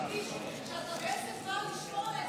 תדגיש שאתה בעצם בא לשמור על האזרחים,